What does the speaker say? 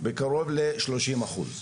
בקרוב לשלושים אחוז.